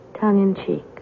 Tongue-in-cheek